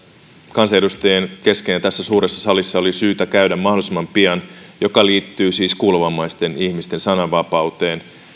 kansanedustajien kesken tässä suuressa salissa olisi syytä käydä mahdollisimman pian se liittyy siis kuulovammaisten ihmisten sananvapauteen